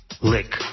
Lick